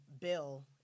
Bill